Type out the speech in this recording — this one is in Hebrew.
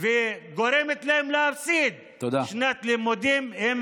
וגורמת להם להפסיד שנת לימודים, תודה.